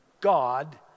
God